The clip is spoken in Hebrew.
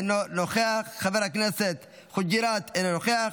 אינה נוכחת, חבר הכנסת שירי, אינו נוכח,